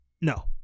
No